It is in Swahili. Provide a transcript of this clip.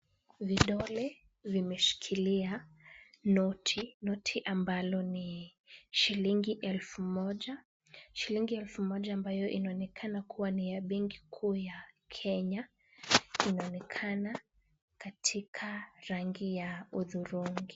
Vidole vimeshikilia noti, noti ambalo ni shilingi elfu moja. Shilingi elfu moja ambayo inaonekana kuwa ni ya benki kuu ya Kenya. Inaonekana katika rangi ya hudhurungi.